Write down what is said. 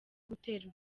guterwa